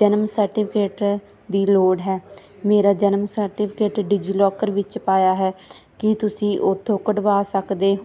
ਜਨਮ ਸਰਟੀਫਿਕੇਟ ਦੀ ਲੋੜ ਹੈ ਮੇਰਾ ਜਨਮ ਸਰਟੀਫਿਕੇਟ ਡਿਜੀਲੋਕਰ ਵਿੱਚ ਪਾਇਆ ਹੈ ਕੀ ਤੁਸੀਂ ਉੱਥੋਂ ਕਢਵਾ ਸਕਦੇ